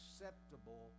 acceptable